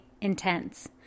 intense